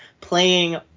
playing